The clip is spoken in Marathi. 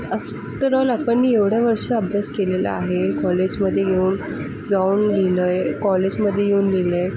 आफ्टरऑल आपण मी एवढं वर्ष अभ्यास केलेला आहे कॉलेजमध्ये येऊन जाऊन लिहिलंय कॉलेजमध्ये येऊन लिहिलंय